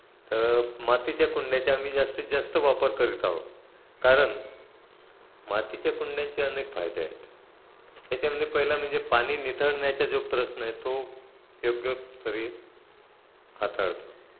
तर मातीच्या कुंड्याच्या आम्ही जास्तीत जास्त वापर करीत आहो कारण मातीच्या कुंड्यांचे अनेक फायदे आहेत त्याच्यामध्ये पहिला म्हणजे पाणी निथळण्याचा जो प्रश्न आहे तो योग्य तरी हाताळतो